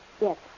Yes